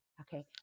Okay